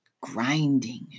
grinding